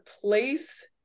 place